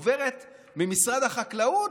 עוברת ממשרד החקלאות,